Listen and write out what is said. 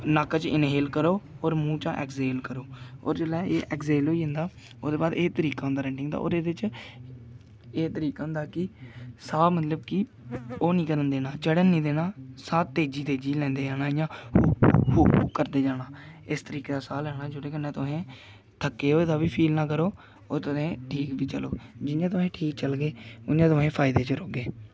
न'क्क च इन्हेल करो होर मुंह चा एक्सहेल करो होर जेल्लै एह् एक्सहेल होई जंदा ओह्दे बाद एह् तरीका होंदा रनिंग दा होर एह्दे च एह् तरीका होंदा कि साह् मतलब कि ओह् निं करन देना चढ़न निं देना साह् तेजी तेजी लैंदे जाना इ'यां हो हो हो करदे जाना इस तरीके दा साह् लैना जेह्दे कन्नै तुसें थक्के होए दा बी फील ना करो होर तुसें ठीक बी चलो जि'यां तुसें ठीक चलगे उ'यां तुस फायदे च रौह्गे